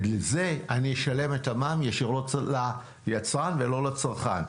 לזה אני משלם את המע"מ ישירות ליצרן ולא לצרכן,